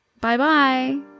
Bye-bye